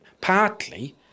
partly